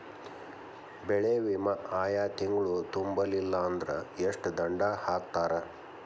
ಬೆಳೆ ವಿಮಾ ಆಯಾ ತಿಂಗ್ಳು ತುಂಬಲಿಲ್ಲಾಂದ್ರ ಎಷ್ಟ ದಂಡಾ ಹಾಕ್ತಾರ?